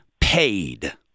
paid